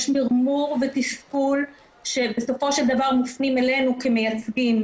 יש מירמור ותסכול שבסופו של דבר מופנים אלינו כמייצגים,